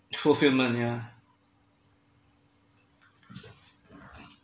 fulfillment yeah